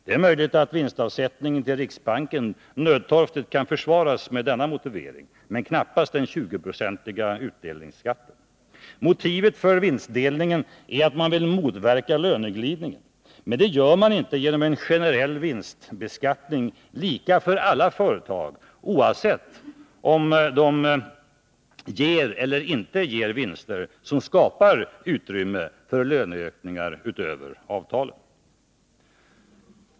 Det är möjligt att vinstavsättningen till riksbanken nödtorftigt kan försvaras med denna motivering, men knappast den 20-procentiga utdelningsskatten. Motivet för vinstdelningen är att man vill motverka löneglidningen. Men det gör man inte genom en generell vinstbeskattning, lika för alla företag, oavsett om de ger eller inte ger vinster som skapar utrymme för löneökningar utöver de avtalade.